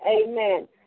Amen